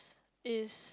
is